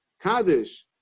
Kaddish